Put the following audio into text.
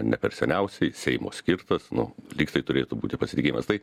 ne per seniausiai seimo skirtas nu lygtai turėtų būti pasirinkimas tai